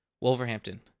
Wolverhampton